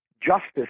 justice